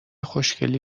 خوشگلی